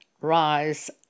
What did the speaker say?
rise